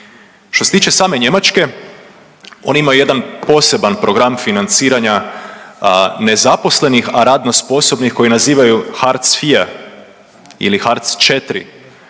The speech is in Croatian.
Što se tiče same Njemačke oni imaju jedan poseban program financiranja nezaposlenih, a radno sposobnih koje nazivaju hardsvier ili hards